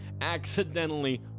accidentally